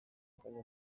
izango